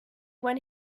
when